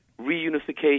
reunification